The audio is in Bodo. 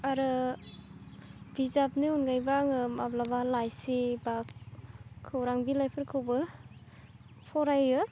आरो बिजाबनि अनगायैबो आङो माब्लाबा लाइसि बा खौरां बिलाइफोरखौबो फरायो